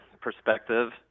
perspective